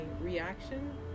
reaction